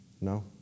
No